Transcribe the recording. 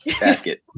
basket